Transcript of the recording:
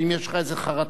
האם יש לך איזו חרטה?